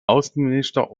außenminister